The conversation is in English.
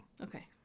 Okay